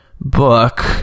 book